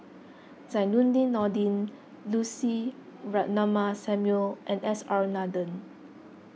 Zainudin Nordin Lucy Ratnammah Samuel and S R Nathan